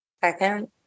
Second